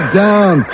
down